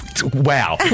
Wow